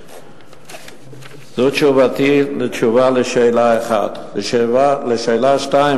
זו תשובתי על שאלה 1. 2. לשאלה השנייה,